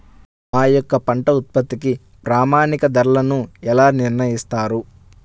మా యొక్క పంట ఉత్పత్తికి ప్రామాణిక ధరలను ఎలా నిర్ణయిస్తారు?